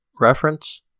reference